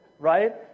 right